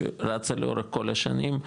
שרצה לאורך כל השנים,